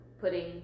putting